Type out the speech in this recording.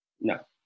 No